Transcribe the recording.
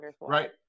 right